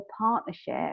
partnership